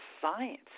science